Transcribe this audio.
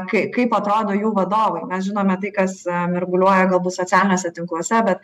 kai kaip atrodo jų vadovai mes žinome tai kas mirguliuoja galbūt socialiniuose tinkluose bet